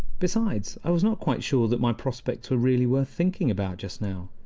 besides, i was not quite sure that my prospects were really worth thinking about just now.